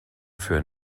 für